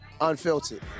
Unfiltered